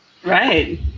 Right